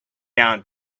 out